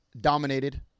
dominated